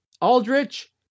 aldrich